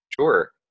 Sure